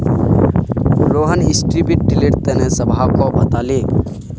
Rohan strip tiller तने सबहाको बताले